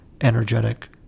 energetic